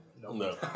No